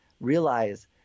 realize